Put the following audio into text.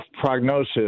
prognosis